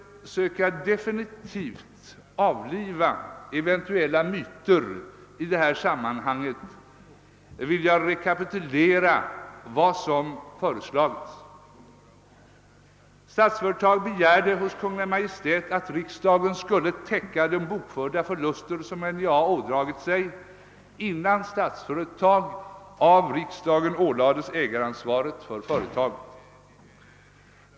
För att definitivt söka avliva eventuellt kvarvarande myter i detta sammanhang vill jag rekapitulera vad som föreslagits. Statsföretag begärde hos Kungl. Maj:t att riksdagen skulle täcka de bokförda förluster som NJA ådragit sig innan Statsföretag av riksdagen ålades ägaransvaret för företaget.